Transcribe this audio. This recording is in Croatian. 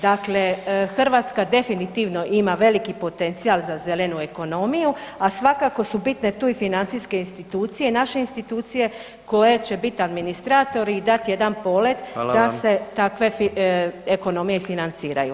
Dakle, Hrvatska definitivno ima veliki potencijal za zelenu ekonomiju a svakako su bitne tu i financijske institucije, naše institucije koje će biti administratori i dat jedan polet da se takve [[Upadica predsjednik: Hvala.]] ekonomije i financiraju.